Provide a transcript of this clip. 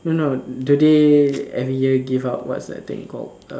no no do they every year give out what's that thing called